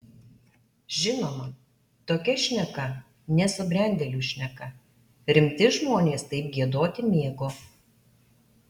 žinoma tokia šneka nesubrendėlių šneka rimti žmonės taip giedoti mėgo